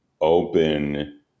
open